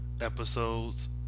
episodes